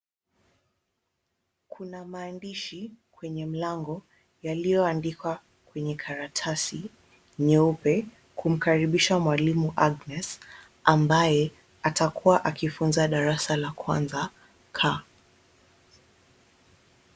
Kuna maandishi kwenye mlango, yaliyoandikwa kwenye karatasi nyeupe, kumkaribisha mwalimu Agnes ambaye atakuwa akifunza darasa la kwanza C.